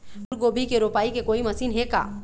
फूलगोभी के रोपाई के कोई मशीन हे का?